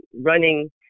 running